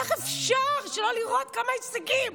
איך אפשר שלא לראות כמה הישגים?